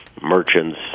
merchants